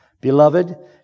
Beloved